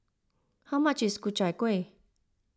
how much is Ku Chai Kueh